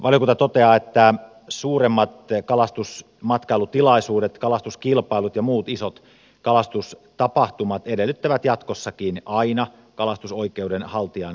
valiokunta toteaa että suuremmat kalastusmatkailutilaisuudet kalastuskilpailut ja muut isot kalastustapahtumat edellyttävät jatkossakin aina kalastusoikeuden haltijan myöntämää lupaa